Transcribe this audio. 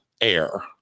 air